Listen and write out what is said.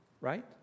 right